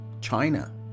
China